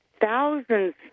thousands